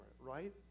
right